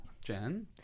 Jen